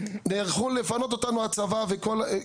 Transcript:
נערכו לפנות אותנו הצבא וכולם.